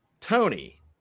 Tony